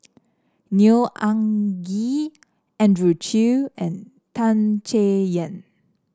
Neo Anngee Andrew Chew and Tan Chay Yan